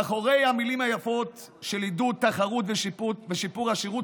מאחורי המילים היפות של עידוד תחרות ושיפור השירות